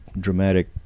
dramatic